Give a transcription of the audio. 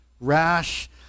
rash